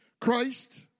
Christ